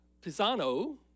Pisano